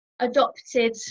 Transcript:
adopted